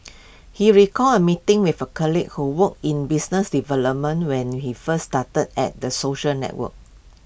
he recalls A meeting with A colleague who worked in business development when he first started at the social network